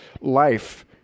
life